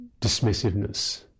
dismissiveness